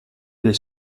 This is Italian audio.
del